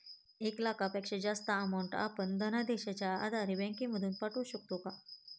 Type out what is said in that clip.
एक लाखापेक्षा जास्तची अमाउंट आपण धनादेशच्या आधारे बँक मधून पाठवू शकतो का?